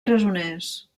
presoners